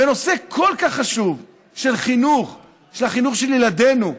בנושא כל כך חשוב של חינוך, של החינוך של ילדינו.